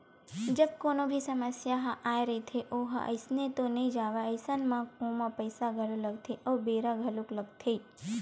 जब कोनो भी समस्या ह आय रहिथे ओहा अइसने तो नइ जावय अइसन म ओमा पइसा घलो लगथे अउ बेरा घलोक लगथे